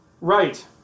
Right